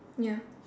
ya